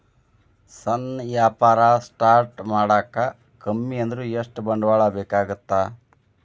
ಸಣ್ಣ ವ್ಯಾಪಾರ ಸ್ಟಾರ್ಟ್ ಮಾಡಾಕ ಕಮ್ಮಿ ಅಂದ್ರು ಎಷ್ಟ ಬಂಡವಾಳ ಬೇಕಾಗತ್ತಾ